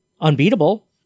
unbeatable